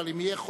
אם יהיה חוק,